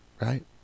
right